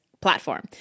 platform